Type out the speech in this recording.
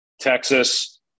Texas